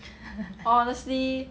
honestly